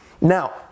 Now